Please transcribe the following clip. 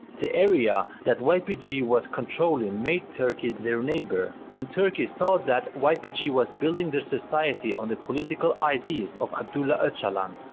the area that ypg was controlling made turkey their neighbor, and turkey saw that ypg was building their society on the political ideas of abdullah ocalan,